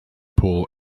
pool